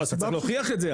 לא אז אתה צריך להוכיח את זה,